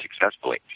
successfully